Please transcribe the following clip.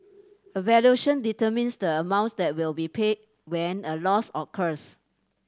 a valuation determines the amount that will be paid when a loss occurs